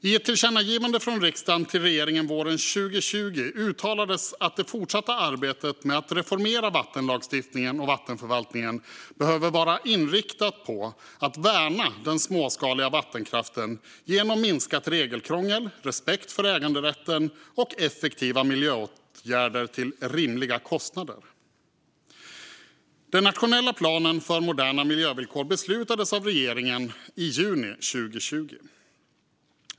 I ett tillkännagivande från riksdagen till regeringen våren 2020 uttalades att det fortsatta arbetet med att reformera vattenlagstiftningen och vattenförvaltningen behöver vara inriktat på att värna den småskaliga vattenkraften genom minskat regelkrångel, respekt för äganderätten och effektiva miljöåtgärder till rimliga kostnader. Den nationella planen för moderna miljövillkor beslutades av regeringen i juni 2020.